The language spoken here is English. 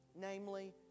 namely